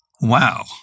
Wow